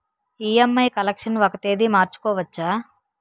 EMI collection ఒక తేదీ మార్చుకోవచ్చా?